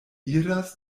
iras